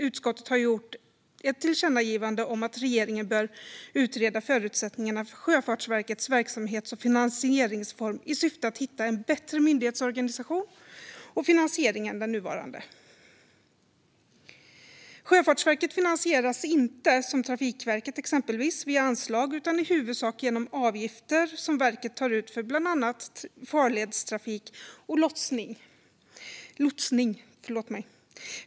Utskottet har gjort ett tillkännagivande om att regeringen bör utreda förutsättningarna för Sjöfartsverkets verksamhets och finansieringsform i syfte att hitta en bättre myndighetsorganisation och finansiering än den nuvarande. Sjöfartsverket finansieras inte, som exempelvis Trafikverket, via anslag utan i huvudsak genom avgifter som verket tar ut för bland annat farledstrafik och lotsning.